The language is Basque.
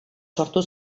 sortu